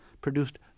produced